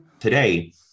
Today